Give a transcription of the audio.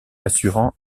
assurant